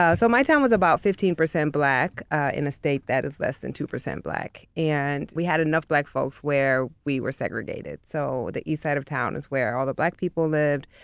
ah so my town was about fifteen percent black in a state that is less than two percent black. and we had enough black folks where we were segregated. so the east side of town is where all the black people lived,